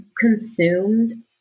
consumed